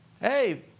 Hey